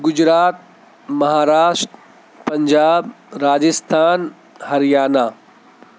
Gujarat Maharashtra Punjab Rajasthan Haryana